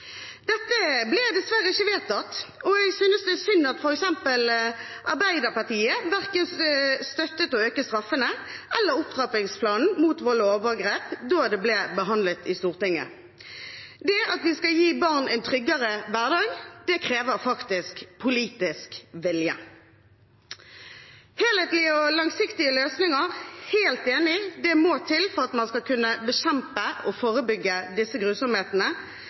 Dette ble dessverre ikke vedtatt, og jeg synes det er synd at f.eks. Arbeiderpartiet verken støttet å øke straffen eller opptrappingsplanen mot vold og overgrep da det ble behandlet i Stortinget. Det at vi skal gi barn en tryggere hverdag, krever politisk vilje. Helhetlige og langsiktige løsninger – helt enig, det må til for at man skal kunne bekjempe og forebygge disse grusomhetene